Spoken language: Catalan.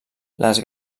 les